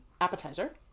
appetizer